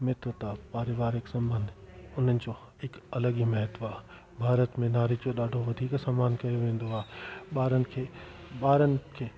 मित्रता पारिवारिक संबंध उन्हनि जो हिकु अलॻि ई महत्व आ भारत में नारी जो ॾाढो वधीक सम्मान कयो वेंदो घे ॿारनि खे ॿारनि खे